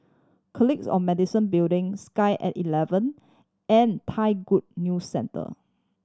Colleagues of Medicine Building Sky At Eleven and Thai Good New Center